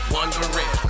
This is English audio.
Wondering